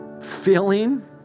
feeling